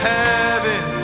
heaven